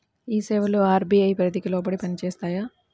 ఈ సేవలు అర్.బీ.ఐ పరిధికి లోబడి పని చేస్తాయా?